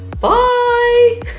bye